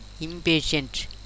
impatient